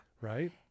Right